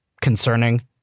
concerning